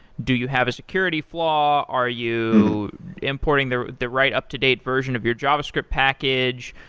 do you have a security flaw? are you importing the the right up-to-date version of your javascript package?